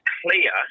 clear